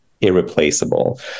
irreplaceable